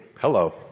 Hello